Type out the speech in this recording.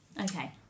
Okay